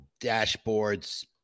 dashboards